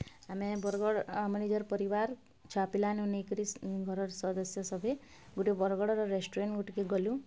ଆମେ ବର୍ଗଡ଼୍ ଆମ ନିଜର୍ ପରିବାର୍ ଛୁଆପିଲାମାନଙ୍କୁ ନେଇକରି ଘରର୍ ସଦସ୍ୟ ସଭେ ଗୋଟେ ବର୍ଗଡ଼୍ର ରେଷ୍ଟୁରାଣ୍ଟ୍ ଗୁଟ୍କେ ଗଲୁଁ